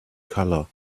color